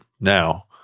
Now